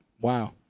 wow